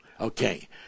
Okay